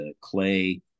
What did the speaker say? clay